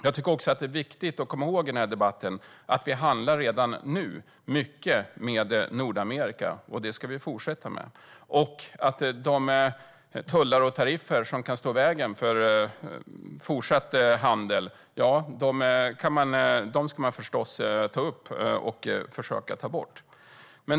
Det är också viktigt att i debatten komma ihåg att vi redan nu handlar mycket med Nordamerika, och det ska vi fortsätta att göra. De tullar och tariffer som kan stå i vägen för fortsatt handel ska vi förstås försöka ta bort.